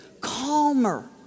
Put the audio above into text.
calmer